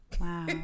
wow